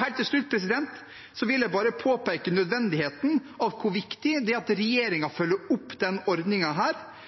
Helt til slutt vil jeg påpeke nødvendigheten av hvor viktig det er at regjeringen følger opp